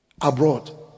abroad